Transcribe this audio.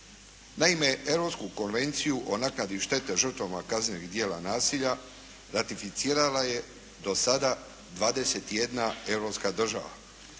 Naime, Europsku konvenciju o naknadi štete žrtvama kaznenih djela nasilja ratificirala je do sada 21 europska država.